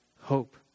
hope